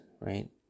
right